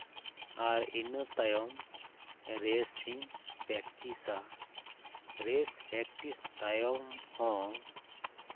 ᱟᱨ ᱤᱱᱟᱹ ᱛᱟᱭᱚᱢ ᱨᱮᱥᱴ ᱤᱧ ᱯᱮᱠᱴᱤᱥᱟ ᱨᱮᱥ ᱯᱮᱠᱴᱤᱥ ᱛᱟᱭᱚᱢ ᱦᱚᱸ